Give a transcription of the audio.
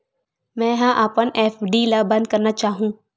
मेंहा अपन एफ.डी ला बंद करना चाहहु